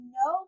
no